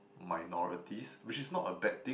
minorities which is not a bad thing